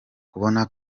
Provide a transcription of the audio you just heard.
kubona